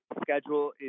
schedule